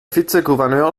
vizegouverneur